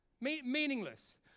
Meaningless